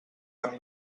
tant